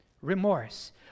remorse